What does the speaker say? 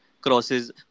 crosses